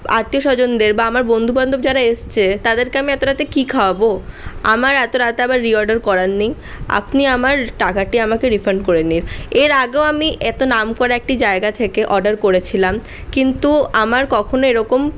আত্মীয়স্বজনদের বা আমার বন্ধুবান্ধব যারা এসছে তাদেরকে আমি এত রাতে কি খাওয়াবো আমার এত রাতে আবার রিঅর্ডার করার নেই আপনি আমার টাকাটি আমাকে রিফান্ড করে নিন এর আগেও আমি এত নামকরা একটি জায়গা থেকে অর্ডার করেছিলাম কিন্তু আমার কখনও এরকম